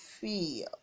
feel